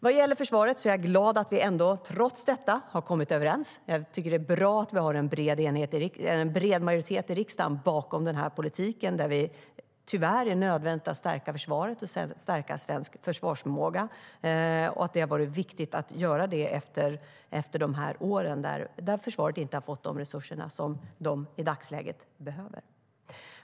Vad gäller försvaret är jag glad att vi trots detta har kommit överens. Jag tycker att det är bra att vi har en bred majoritet i riksdagen bakom den här politiken. Tyvärr är det nödvändigt att stärka försvaret och svensk försvarsförmåga. Det har varit viktigt att göra det efter de år då försvaret inte fått de resurser som det i dagsläget behöver.